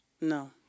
No